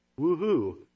woohoo